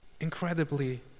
Incredibly